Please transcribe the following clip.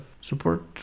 support